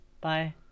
bye